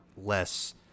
less